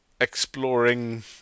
exploring